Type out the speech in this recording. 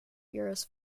years